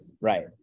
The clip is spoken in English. right